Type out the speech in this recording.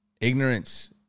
Ignorance